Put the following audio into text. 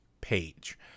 page